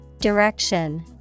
Direction